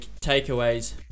takeaways